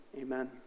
amen